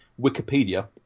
Wikipedia